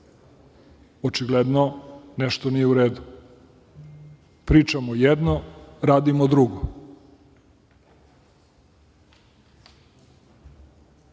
Očigledno nešto nije u redu. Pričamo jedno, radimo